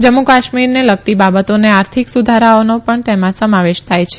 જમ્મુ કાશ્મીરને લગતી બાબતો ને આર્થિક સુધારાઓનો પણ તેમાં સમાવેશ થાય છે